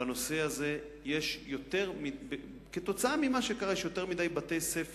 בנושא הזה כתוצאה ממה שקרה יש יותר מדי בתי-ספר